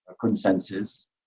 consensus